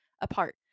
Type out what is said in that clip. apart